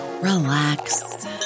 relax